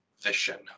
vision